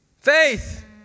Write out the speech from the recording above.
Faith